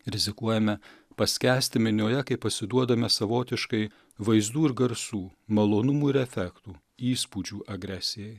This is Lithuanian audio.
rizikuojame paskęsti minioje kai pasiduodame savotiškai vaizdų ir garsų malonumų ir efektų įspūdžių agresijai